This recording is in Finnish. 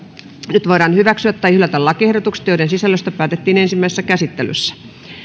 nyt voidaan hyväksyä tai hylätä lakiehdotukset joiden sisällöstä päätettiin ensimmäisessä käsittelyssä